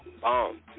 bomb